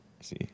see